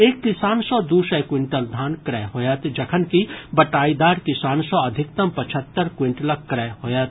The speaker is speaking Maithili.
एक किसान सँ दू सय क्विंटल धान क्रय होयत जखनकि बटाईदार किसान सॅ अधिकतम पचहत्तर क्विंटलक क्रय होयत